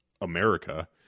America